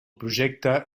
projecte